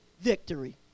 victory